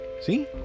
See